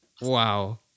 wow